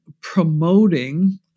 promoting